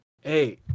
hey